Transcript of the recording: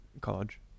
college